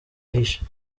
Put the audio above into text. ahishe